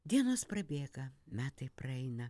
dienos prabėga metai praeina